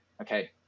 okay